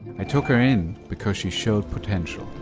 i took her in because she showed potential,